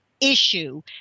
issue